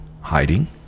hiding